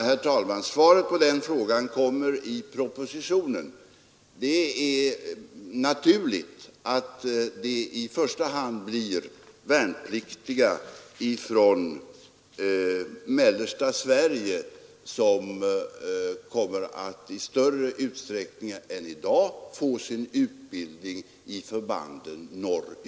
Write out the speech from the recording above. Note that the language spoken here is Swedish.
Herr talman! Svaret på den frågan kommer i propositionen. Det är naturligt att det i första hand blir värnpliktiga från mellersta Sverige, som i större utsträckning än i dag kommer att få sin utbildning i förbanden norrut.